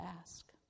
ask